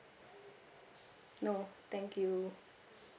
no thank you